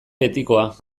betikoa